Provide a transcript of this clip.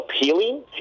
appealing